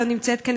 היא לא נמצאת כאן,